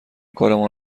کارمان